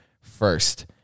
first